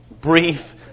brief